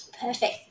Perfect